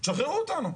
שחררו אותנו.